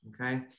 okay